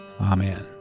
Amen